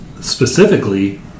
Specifically